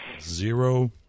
Zero